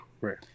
Right